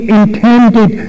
intended